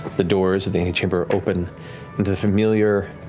the doors of the antechamber open, into the familiar,